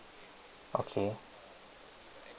okay